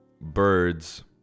birds